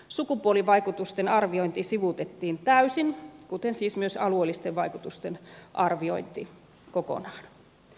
sukupuolivaikutusten arviointi sivuutettiin täysin kuten siis myös alueellisten vaikutusten arviointi kokonaan